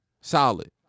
Solid